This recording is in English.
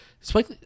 Spike